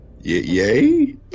Yay